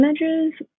images